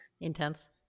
intense